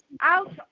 out